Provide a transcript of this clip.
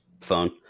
phone